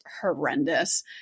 horrendous